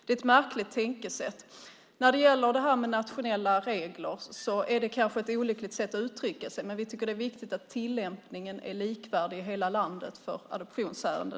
Det är ett märkligt tänkesätt. När det gäller det här med nationella regler är det kanske ett olyckligt sätt att uttrycka sig, men vi tycker att det är viktigt att tillämpningen är likvärdig i hela landet för adoptionsärenden.